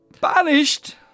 banished